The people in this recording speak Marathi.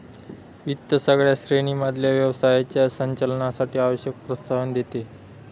वित्त सगळ्या श्रेणी मधल्या व्यवसायाच्या संचालनासाठी आवश्यक प्रोत्साहन देते